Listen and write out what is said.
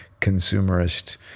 consumerist